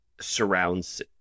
surrounds